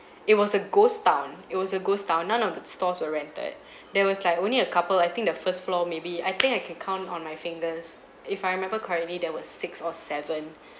it was a ghost town it was a ghost town none of the stores were rented there was like only a couple I think the first floor maybe I think I can count on my fingers if I remember correctly there was six or seven